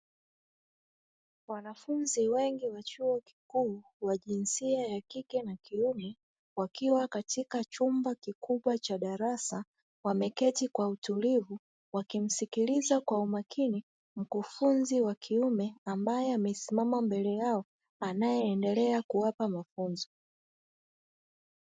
Wanafunzi wengi wa chuo kikuu wa jinsia ya kike na kiume wakiwa katika chumba kikubwa cha darasa, wameketi kwa utulivu wakimsikiliza kwa makini mkufunzi wa kiume ambaye amesimama mbele yao anayeendelea kuwapa mafunzo.